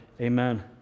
Amen